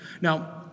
Now